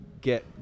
get